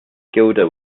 gilder